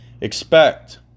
expect